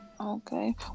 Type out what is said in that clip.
Okay